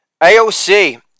AOC